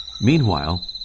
Meanwhile